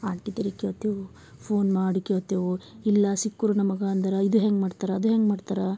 ಆಂಟಿದಿರಿಗೆ ಕೇಳ್ತೇವು ಫೋನ್ ಮಾಡಿ ಕೇಳ್ತೆವು ಇಲ್ಲ ಸಿಕ್ಕರು ನಮಗೆ ಅಂದರ ಇದು ಹೆಂಗೆ ಮಾಡ್ತರಾ ಅದು ಹೆಂಗೆ ಮಾಡ್ತರಾ